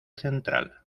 central